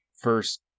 first